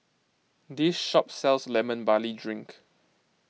this shop sells Lemon Barley Drink